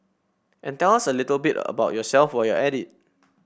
and tell us a little bit about yourself while you're at it